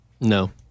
No